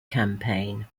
campaign